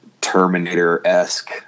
Terminator-esque